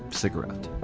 cigarette?